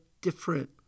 different